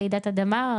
רעידת אדמה,